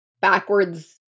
backwards